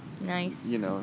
Nice